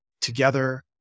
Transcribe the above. together